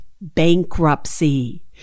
bankruptcy